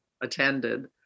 attended